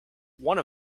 one